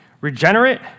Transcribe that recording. regenerate